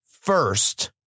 first